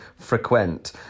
frequent